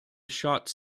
shots